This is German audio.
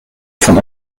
von